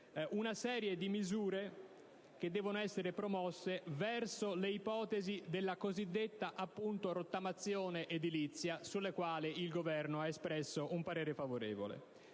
una serie di misure che devono essere promosse verso l'ipotesi della cosiddetta rottamazione edilizia, sulla quale il Governo ha espresso un parere favorevole.